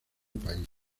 país